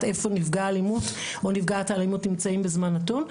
איפה נפגע אלימות או נפגעת אלימות נמצאים בזמן נתון.